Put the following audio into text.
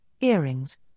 earrings